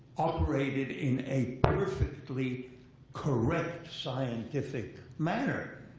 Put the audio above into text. operated in a perfectly correct scientific manner,